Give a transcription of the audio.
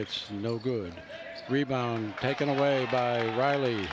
it's no good rebound taken away by riley